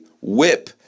whip